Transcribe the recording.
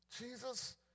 Jesus